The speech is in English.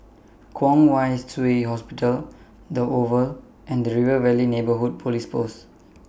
Kwong Wai Shiu Hospital The Oval and The River Valley Neighbourhood Police Post